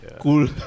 Cool